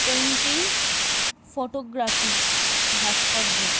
painting photography ভাস্কর্য